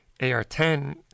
AR-10